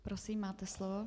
Prosím, máte slovo.